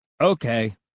okay